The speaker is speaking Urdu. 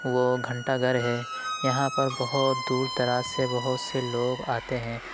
وہ گھنٹہ گھر ہے یہاں پر بہت دور دراز سے بہت سے لوگ آتے ہیں